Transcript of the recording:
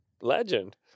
legend